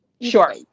sure